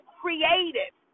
creative